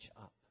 up